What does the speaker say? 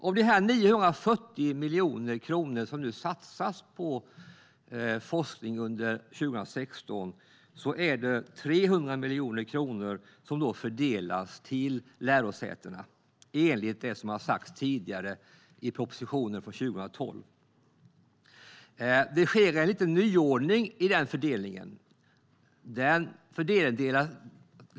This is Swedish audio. Av de 940 miljoner kronor som nu satsas på forskning under 2016 fördelas 300 miljoner kronor till lärosätena i enlighet med vad som sagts tidigare i propositionen från 2012. Det sker en liten nyordning i fördelningen.